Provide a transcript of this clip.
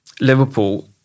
Liverpool